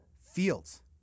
fields